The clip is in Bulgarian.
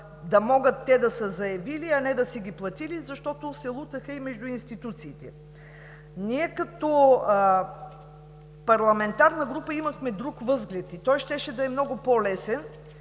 да могат те да са ги заявили, а не да са ги платили, защото се лутаха и между институциите. Ние като парламентарна група имахме друг възглед и той щеше да е много по-лесен